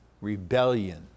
rebellion